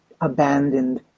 abandoned